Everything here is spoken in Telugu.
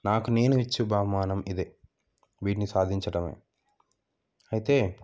నాకు నేను ఇచ్చే బహుమానం ఇదే వీటిని సాధించడమే అయితే